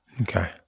Okay